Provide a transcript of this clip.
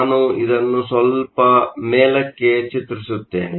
ನಾನು ಇದನ್ನು ಸ್ವಲ್ಪ ಮೇಲಕ್ಕೆ ಚಿತ್ರಿಸುತ್ತೇನೆ